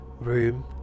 Room